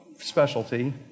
Specialty